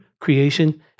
creation